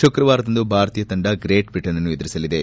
ಶುಕ್ರವಾರದಂದು ಭಾರತೀಯ ತಂಡ ಗ್ರೇಟ್ ಬ್ರಿಟನ್ನನ್ನು ಎದುರಿಸಲಿದೆ